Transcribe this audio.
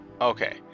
Okay